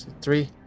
Three